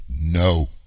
no